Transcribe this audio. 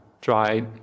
try